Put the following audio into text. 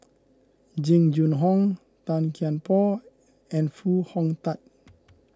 Jing Jun Hong Tan Kian Por and Foo Hong Tatt